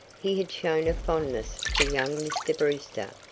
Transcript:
he had shown a fondness for young mr. brewster,